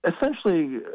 essentially